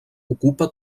ocupa